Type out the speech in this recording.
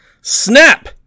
snap